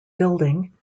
building